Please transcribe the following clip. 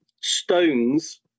stones